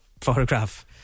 photograph